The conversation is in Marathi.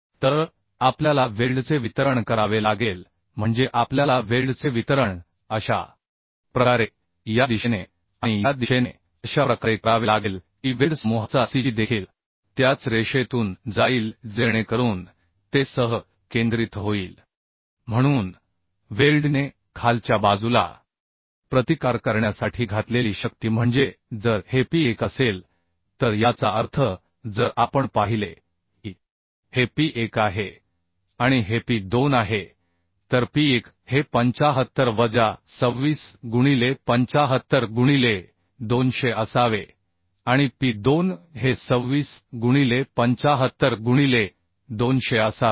तर आपल्याला वेल्डचे वितरण करावे लागेल म्हणजे आपल्याला वेल्डचे वितरण अशा प्रकारे या दिशेने आणि या दिशेने अशा प्रकारे करावे लागेल की वेल्ड समूहाचा CG देखील त्याच रेषेतून जाईल जेणेकरून ते सह केंद्रित होईल म्हणून वेल्डने खालच्या बाजूला प्रतिकार करण्यासाठी घातलेली शक्ती म्हणजे जर हे P 1 असेल तर याचा अर्थ जर आपण पाहिले की हे P 1 आहे आणि हेP2 आहे तर P 1 हे 75 वजा 26 गुणिले 75 गुणिले 200 असावे आणि पी 2 हे 26 गुणिले 75 गुणिले 200 असावे